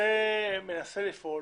מנסה לפעול,